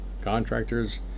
contractor's